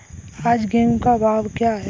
आज गेहूँ का भाव क्या है?